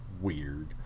weird